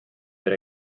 per